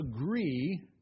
agree